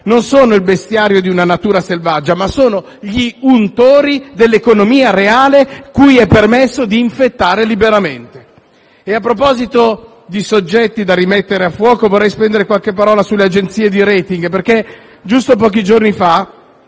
non sono il bestiario di una natura selvaggia, ma gli untori dell'economia reale, cui è permesso di infettare liberamente. A proposito di soggetti da rimettere a fuoco, vorrei spendere qualche parola sulle agenzie di *rating*. Giusto pochi giorni fa,